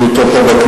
הוא עכשיו מדבר.